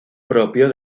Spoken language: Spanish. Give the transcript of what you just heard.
propio